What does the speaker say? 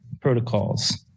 protocols